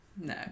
No